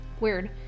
weird